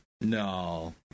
No